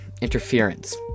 Interference